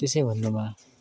त्यसै भन्नुमा